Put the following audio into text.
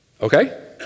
Okay